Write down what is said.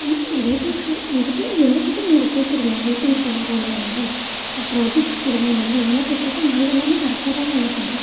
ஆனால் இந்த ரேட்டிங்ஸுலாம் வந்துவிட்டு எங்கக்கிட்டே நீங்கள் கேக்கிறீங்க ரேட்டிங்ஸ் ஏன் போடலை மேடம் அப்புறம் டிப்ஸ் கொடுங்க மேடம்னு இதெல்லாம் கேக்கிறப்ப நாங்கள் எல்லாமே கரெக்டாதாங்கண்ணா பண்ணுறோம்